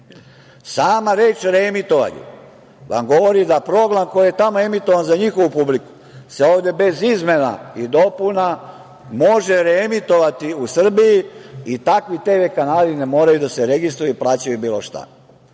Sama reč „reemitovanje“ vam govori da program koji je tamo emitovan za njihovu publiku se ovde bez izmena i dopuna može reemitovati u Srbiji i takvi tv kanali ne moraju da se registruju i plaćaju bilo šta. Ovim